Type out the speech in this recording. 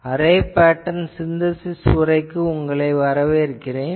array pattern synthesis உரைக்கு உங்களை வரவேற்கிறேன்